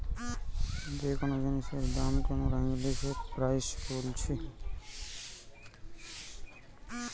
যে কোন জিনিসের দাম কে মোরা ইংলিশে প্রাইস বলতিছি